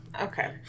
okay